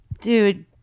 dude